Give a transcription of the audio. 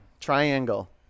Triangle